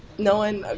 no one? ah